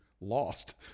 lost